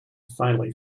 finally